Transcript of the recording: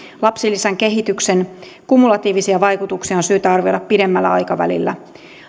lapsilisän kehityksen kumulatiivisia vaikutuksia on syytä arvioida pidemmällä aikavälillä